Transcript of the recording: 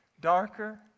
darker